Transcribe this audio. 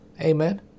Amen